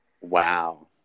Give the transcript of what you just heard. Wow